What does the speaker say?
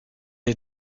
est